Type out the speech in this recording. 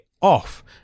off